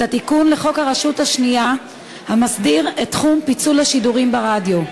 את התיקון לחוק הרשות השנייה המסדיר את תחום פיצול השידורים ברדיו.